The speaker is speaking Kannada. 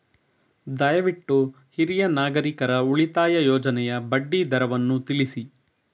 ದಯವಿಟ್ಟು ಹಿರಿಯ ನಾಗರಿಕರ ಉಳಿತಾಯ ಯೋಜನೆಯ ಬಡ್ಡಿ ದರವನ್ನು ತಿಳಿಸಿ